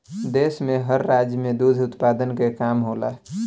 देश में हर राज्य में दुध उत्पादन के काम होला